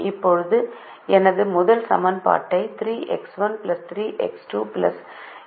இப்போது எனது முதல் சமன்பாடு 3X1 3X2 X3 0X4 21